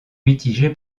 mitigée